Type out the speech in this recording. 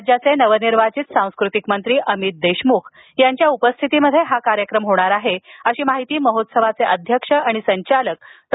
राज्याचे नवनिर्वाचित सांस्कृतिक मंत्री अमित देशमुख यांच्या प्रमुख उपस्थितीत हा कार्यक्रम होणार असल्याची माहिती महोत्सवाचे अध्यक्ष आणि संचालक डॉ